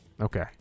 Okay